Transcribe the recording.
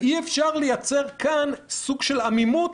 אי-אפשר לייצר כאן סוג של עמימות,